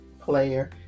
player